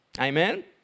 Amen